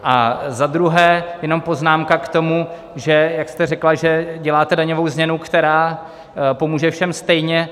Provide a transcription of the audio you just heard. A za druhé jenom poznámka k tomu, že, jak jste řekla, děláte daňovou změnu, která pomůže všem stejně.